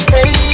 Hey